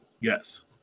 Yes